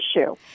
issue